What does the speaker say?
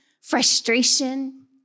frustration